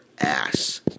ass